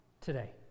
today